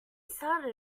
started